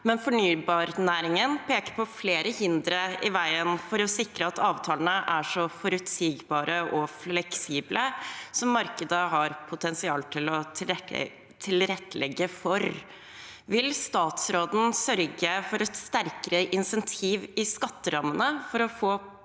men fornybarnæringen peker på flere regulatoriske hindre i veien for å sikre at avtalene er så forutsigbare og fleksible som markedet har potensial til å tilrettelegge for. Vil statsråden sørge for et sterkere insentiv i skatterammene for å få